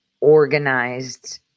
organized